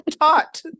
taught